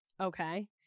Okay